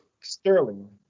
Sterling